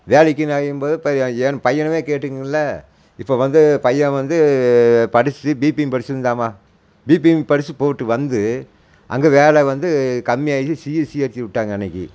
வேலைக்குனு அலையும் போது இப்போ என் பையனுமே கேட்டுக்குங்கல இப்போ வந்து பையன் வந்து படிச்சுட்டு பிபிஎம் படிச்சுட்டு இருந்தாம்மா பிபிஎம் படிச்சுட்டு போட்டு வந்து அங்கே வேலை வந்து கம்மியாகி சிஎஸ்சி ஏற்றிவுட்டாங்க அன்றைக்கி